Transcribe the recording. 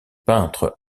peintre